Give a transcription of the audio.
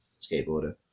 skateboarder